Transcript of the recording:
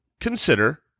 consider